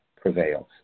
prevails